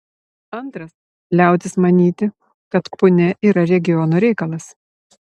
antras liautis manyti kad punia yra regiono reikalas